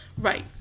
Right